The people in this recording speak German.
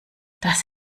das